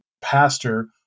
pastor